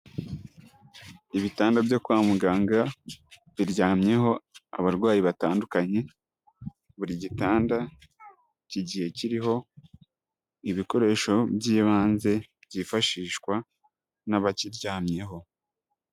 Ibitanda byo kwa muganga biryamyeho abarwayi batandukanye, buri gitanda kigiye kiriho ibikoresho by'ibanze byifashishwa n'abakiryamyeho.